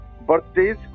birthdays